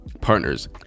partners